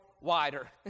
wider